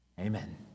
Amen